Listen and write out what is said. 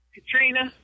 Katrina